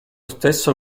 stesso